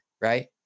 right